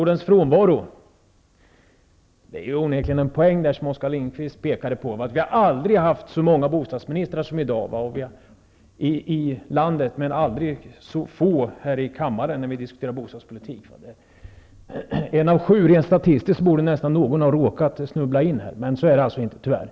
Det är onekligen en poäng, det som Oskar Lindkvist pekade på, att vi aldrig har haft så många bostadsministrar som i dag i landet men aldrig så få här i kammaren när vi diskuterar bostadspolitik. Rent statistiskt borde en av sju ha råkat snubbla in här, men så är det inte, tyvärr.